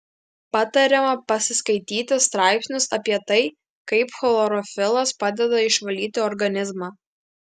patariama pasiskaityti straipsnius apie tai kaip chlorofilas padeda išvalyti organizmą